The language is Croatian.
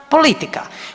Politika.